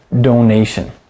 donation